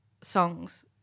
songs